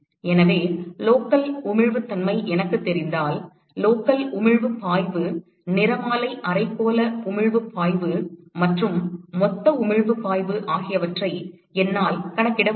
எனவே லோக்கல் உமிழ்வுத்தன்மை எனக்குத் தெரிந்தால் லோக்கல் உமிழ்வுப் பாய்வு நிறமாலை அரைக்கோள உமிழ்வுப் பாய்வு மற்றும் மொத்த உமிழ்வுப் பாய்வு ஆகியவற்றை என்னால் கணக்கிட முடியும்